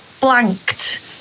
blanked